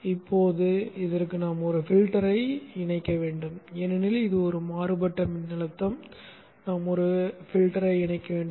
இப்போது இதற்கு நாம் ஒரு பில்டரை இணைக்க வேண்டும் ஏனெனில் இது ஒரு மாறுபட்ட மின்னழுத்தம் நாம் ஒரு பில்டரை இணைக்க வேண்டும்